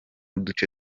uduce